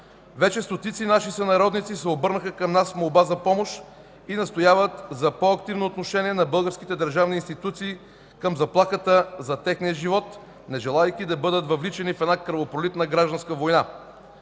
Вече стотици наши сънародници се обърнаха към нас с молба за помощ и настояват за по-активно отношение на българските държавни институции към заплахата за техния живот, нежелаейки да бъдат въвличани в една кръвопролитна гражданска война,